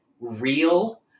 real